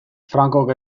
francok